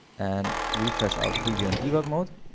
and refresh our preview and debug mode.